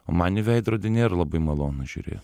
o man į veidrodį nėra labai malonu žiūrėt